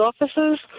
offices